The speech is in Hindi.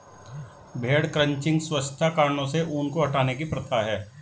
भेड़ क्रचिंग स्वच्छता कारणों से ऊन को हटाने की प्रथा है